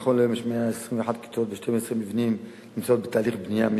נכון להיום יש 121 כיתות ב-12 מבנים שנמצאות בתהליך בנייה.